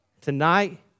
Tonight